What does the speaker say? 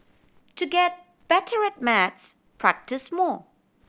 to get better at maths practise more